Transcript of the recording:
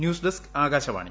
news desk Akashvani